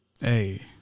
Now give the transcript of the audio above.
Hey